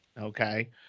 Okay